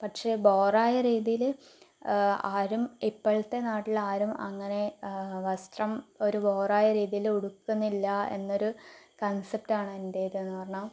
പക്ഷേ ബോറായ രീതിയില് ആരും ഇപ്പോഴത്തെ നാട്ടിൽ ആരും അങ്ങനെ വസ്ത്രം ഒരു ബോറായ രീതിയിൽ ഉടുക്കുന്നില്ല എന്നൊരു കൺസെപ്റ്റ് ആണ് എന്റേതെന്ന് പറഞ്ഞാൽ